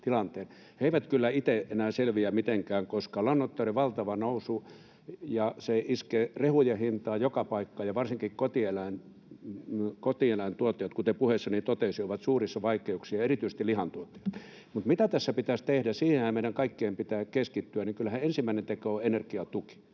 He eivät kyllä itse enää selviä mitenkään, koska lannoitteiden valtava nousu iskee rehujen hintaan, joka paikkaan, ja varsinkin kotieläintuottajat, kuten puheessani totesin, ovat suurissa vaikeuksissa, ja erityisesti lihantuottajat. Mutta mitä tässä pitäisi tehdä — siihenhän meidän kaikkien pitää keskittyä. Kyllähän ensimmäinen teko on energiatuki.